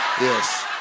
yes